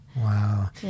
Wow